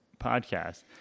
podcast